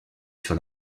sur